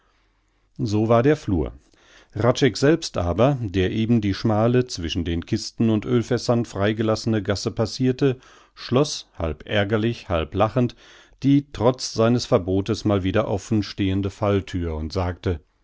so war der flur hradscheck selbst aber der eben die schmale zwischen den kisten und ölfässern freigelassene gasse passirte schloß halb ärgerlich halb lachend die trotz seines verbotes mal wieder offenstehende fallthür und sagte